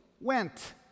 went